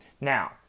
Now